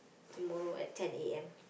tomorrow at ten A_M